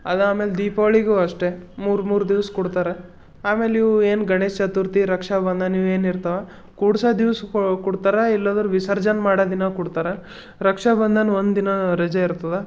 ಅದಾದ್ಮೇಲೆ ದೀಪಾವಳಿಗೂ ಅಷ್ಟೇ ಮೂರು ಮೂರು ದಿವ್ಸ ಕೊಡ್ತಾರ ಆಮೇಲೆ ಇವು ಏನು ಗಣೇಶ ಚತುರ್ಥಿ ರಕ್ಷಾಬಂಧನ ಇವು ಏನು ಇರ್ತಾವೆ ಕೂಡಿಸೋ ದಿವ್ಸ ಕೊಡ್ತಾರ ಇಲ್ಲಾದ್ರೆ ವಿಸರ್ಜನ ಮಾಡೋ ದಿನ ಕೊಡ್ತಾರ ರಕ್ಷಾಬಂಧನ ಒಂದು ದಿನ ರಜೆ ಇರ್ತದೆ